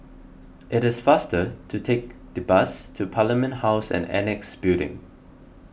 it is faster to take the bus to Parliament House and Annexe Building